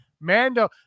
Mando